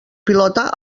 pilota